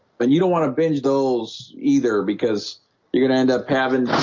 but you don't want to binge those either because you're gonna end up having